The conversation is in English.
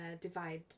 divide